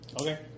Okay